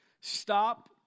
Stop